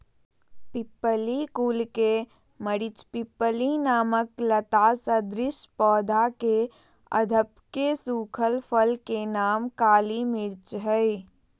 पिप्पली कुल के मरिचपिप्पली नामक लता सदृश पौधा के अधपके सुखल फल के नाम काली मिर्च हई